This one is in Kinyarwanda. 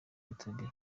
youtube